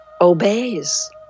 obeys